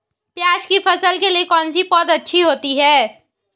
प्याज़ की फसल के लिए कौनसी पौद अच्छी होती है?